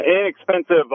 inexpensive